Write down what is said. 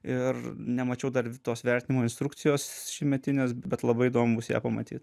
ir nemačiau dar tos vertinimo instrukcijos šiemetinės bet labai įdomu bus ją pamatyt